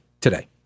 today